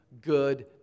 good